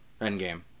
Endgame